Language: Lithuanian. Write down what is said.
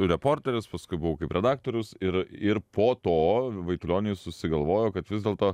reporteris paskui buvau kaip redaktorius ir ir po to vaitulionis susigalvojau kad vis dėlto